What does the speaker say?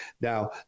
Now